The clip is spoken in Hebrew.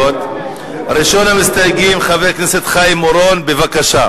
ראשון המסתייגים, חבר הכנסת חיים אורון, בבקשה.